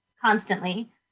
constantly